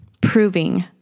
proving